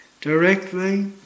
directly